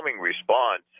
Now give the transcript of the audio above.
response